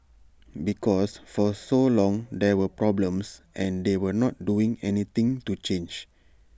because for so long there were problems and they were not doing anything to change